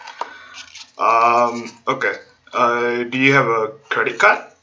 um okay uh do you have a credit card